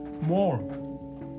more